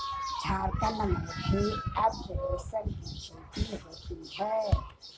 झारखण्ड में भी अब रेशम की खेती होती है